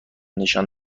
نشان